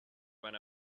when